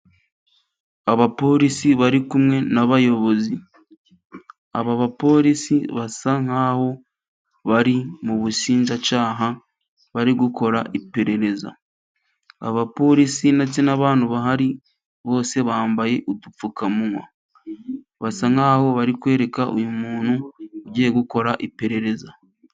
Abapolisi bari kumwe n'abayobozi, aba bapolisi basa nkaho bari mu bushinjacyaha, bari gukora iperereza, abapolisi ndetse n'abantu bahari bose bambaye udupfukamunwa, basa nkaho bari kwereka uyu muntu ugiye gukora iperereza.